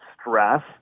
stress